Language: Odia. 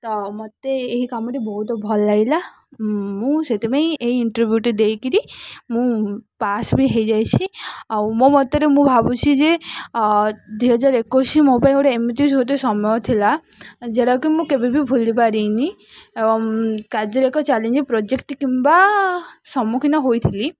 ତ ମୋତେ ଏହି କାମଟି ବହୁତ ଭଲ ଲାଗିଲା ମୁଁ ସେଥିପାଇଁ ଏହି ଇଣ୍ଟରଭ୍ୟୁଟି ଦେଇ କରି ମୁଁ ପାସ୍ ବି ହେଇଯାଇଛି ଆଉ ମୋ ମତରେ ମୁଁ ଭାବୁଛି ଯେ ଦୁଇ ହଜାର ଏକୋଇଶ ମୋ ପାଇଁ ଗୋଟେ ଏମିତି ଗୋଟେ ସମୟ ଥିଲା ଯେଉଁଟାକି ମୁଁ କେବେ ବି ଭୁଲିପାରିନି କାର୍ଯ୍ୟରେ ଏକ ଚ୍ୟାଲେଞ୍ଜିଙ୍ଗ ପ୍ରୋଜେକ୍ଟ କିମ୍ବା ସମ୍ମୁଖୀନ ହୋଇଥିଲି